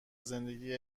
زندگی